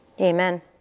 Amen